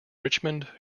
richmond